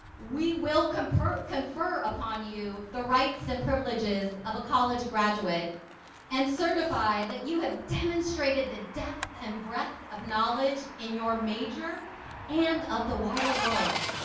we will confer confer upon you the rights and privileges of a college graduate and certify that you have demonstrated the depth and breadth of knowledge in your major and of the wider world.